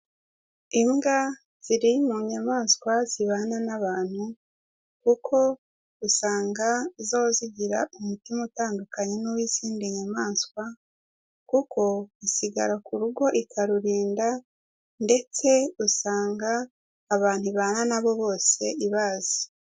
Imbwa ziri mu nyamaswa zibana n'abantu kuko usanga zo zigira umutima utandukanye n'uw'izindi nyamaswa kuko isigara ku rugo ikarurinda ndetse usanga abantu ibana na bo bose ibazi.